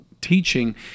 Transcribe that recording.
teaching